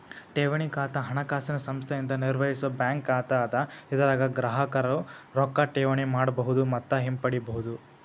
ಠೇವಣಿ ಖಾತಾ ಹಣಕಾಸಿನ ಸಂಸ್ಥೆಯಿಂದ ನಿರ್ವಹಿಸೋ ಬ್ಯಾಂಕ್ ಖಾತಾ ಅದ ಇದರಾಗ ಗ್ರಾಹಕರು ರೊಕ್ಕಾ ಠೇವಣಿ ಮಾಡಬಹುದು ಮತ್ತ ಹಿಂಪಡಿಬಹುದು